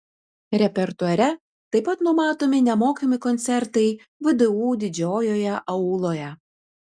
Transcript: repertuare taip pat numatomi nemokami koncertai vdu didžiojoje auloje